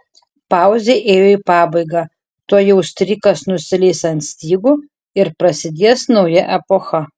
pauzė ėjo į pabaigą tuojau strykas nusileis ant stygų ir prasidės nauja epocha